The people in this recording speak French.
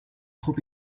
trop